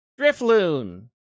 Drifloon